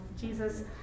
Jesus